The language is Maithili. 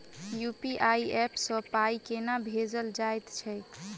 यु.पी.आई ऐप सँ पाई केना भेजल जाइत छैक?